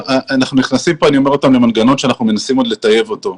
אנחנו נכנסים כאן למנגנון שאנחנו עוד מנסים לטייב אותו.